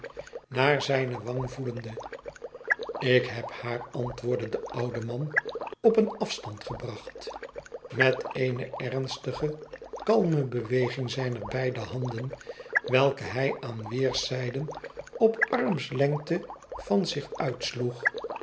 naar zijne wang voelende lik heb haar antwoordde de oude man op een afstand gebracht met eene ernstige kalme beweging zijner beide handen welke hij aan weerszijden op armslengte van zich